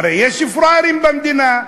הרי יש פראיירים במדינה,